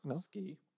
ski